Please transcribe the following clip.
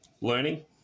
learning